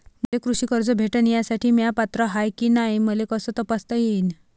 मले कृषी कर्ज भेटन यासाठी म्या पात्र हाय की नाय मले कस तपासता येईन?